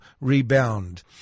rebound